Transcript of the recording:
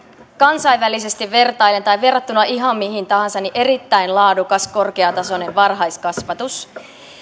kansainvälisesti vertaillen tai verrattuna ihan mihin tahansa erittäin laadukas korkeatasoinen varhaiskasvatus